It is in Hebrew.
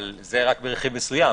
אבל זה רק ברכיב מסוים.